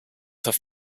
have